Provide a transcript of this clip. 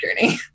journey